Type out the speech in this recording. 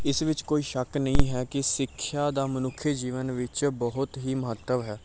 ਇਸ ਵਿੱਚ ਕੋਈ ਸ਼ੱਕ ਨਹੀਂ ਹੈ ਕਿ ਸਿੱਖਿਆ ਦਾ ਮਨੁੱਖੀ ਜੀਵਨ ਵਿੱਚ ਬਹੁਤ ਹੀ ਮਹੱਤਵ ਹੈ